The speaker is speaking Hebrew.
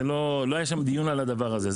לא היה שם דיון על הדבר הזה,